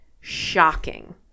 shocking